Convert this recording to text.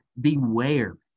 beware